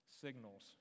signals